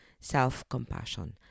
self-compassion